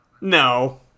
No